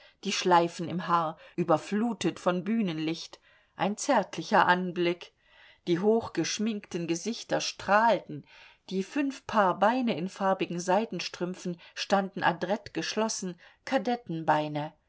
die schleifen im haar überflutet von bühnenlicht ein zärtlicher anblick die hochgeschminkten gesichter strahlten die fünf paar beine in farbigen seidenstrümpfen standen adrett geschlossen kadettenbeine